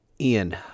Ian